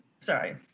sorry